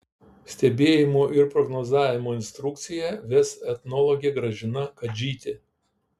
stebėjimų ir prognozavimo instrukciją ves etnologė gražina kadžytė